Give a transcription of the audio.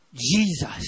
Jesus